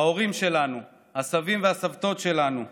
ההורים שלנו, הסבים והסבתות שלנו.